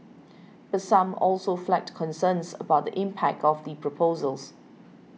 but some also flagged concerns about the impact of the proposals